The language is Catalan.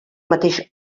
mateix